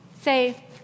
Say